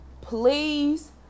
please